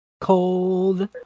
Cold